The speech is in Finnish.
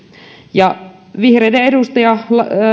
vihreiden edustaja